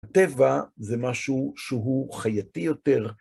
הטבע זה משהו שהוא חייתי יותר.